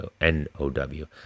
N-O-W